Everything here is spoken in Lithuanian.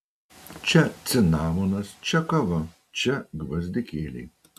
čia cinamonas čia kava čia gvazdikėliai